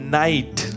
night